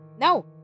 No